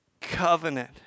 covenant